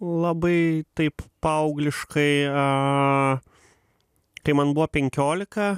labai taip paaugliškai a kai man buvo penkiolika